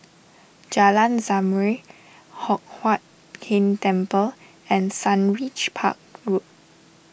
Jalan Zamrud Hock Huat Keng Temple and Sundridge Park Road